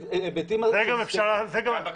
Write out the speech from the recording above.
זה גם יכול